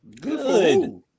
Good